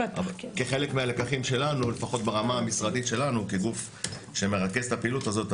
כחלק מהלקחים שלנו לפחות ברמה המשרדית שלנו כגוף שמרכז את הפעילות הזאת,